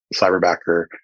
Cyberbacker